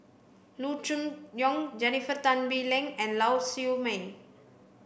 Loo Choon Yong Jennifer Tan Bee Leng and Lau Siew Mei